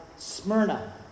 Smyrna